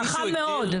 חכם מאוד.